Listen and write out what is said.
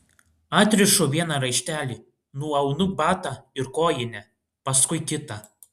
atrišu vieną raištelį nuaunu batą ir kojinę paskui kitą